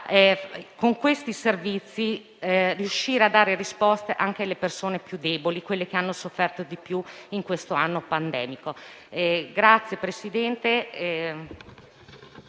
con questi servizi, riuscire a dare risposte anche alle persone più deboli, quelle che hanno sofferto di più in questo anno pandemico.